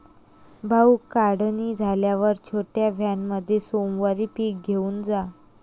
भाऊ, काढणी झाल्यावर छोट्या व्हॅनमध्ये सोमवारी पीक घेऊन जा